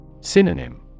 Synonym